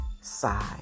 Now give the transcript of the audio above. side